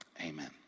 amen